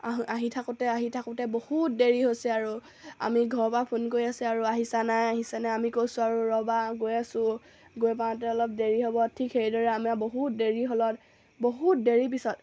আহি থাকোঁতে আহি থাকোঁতে বহুত দেৰি হৈছে আৰু আমি ঘৰৰ পৰা ফোন কৰি আছে আৰু আহিছা নাই আহিছানে আমি কৈছোঁ আৰু ৰ'বা গৈ আছোঁ গৈ পাওঁতে অলপ দেৰি হ'ব ঠিক সেইদৰে আমাৰ বহুত দেৰি হ'ল বহুত দেৰি পিছত